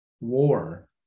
war